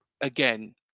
Again